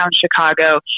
Chicago